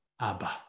Abba